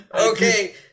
Okay